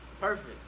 perfect